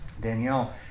Danielle